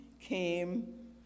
came